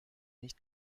nicht